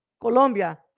Colombia